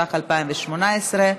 התשע"ח 2018,